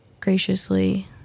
graciously